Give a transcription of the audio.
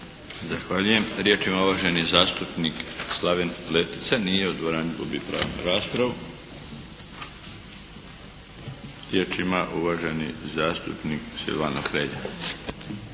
Zahvaljujem. Riječ ima uvaženi zastupnik Slaven Letica. Nije u dvorani. Gubi pravo na raspravu. Riječ ima uvaženi zastupnik Silvano Hrelja.